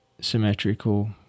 symmetrical